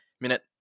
minute